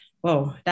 whoa